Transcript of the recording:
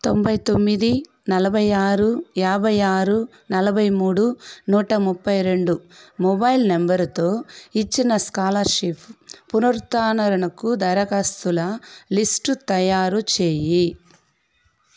తొంభై తొమ్మిది నలభై ఆరు యాబై ఆరు నలభై మూడునూట ముప్పైరెండు మొబైల్ నంబర్తో ఇచ్చిన స్కాలర్షిప్ పునరుద్ధారణకు దరఖాస్తుల లిస్టు తయారుచేయి